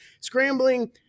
Scrambling